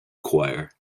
choir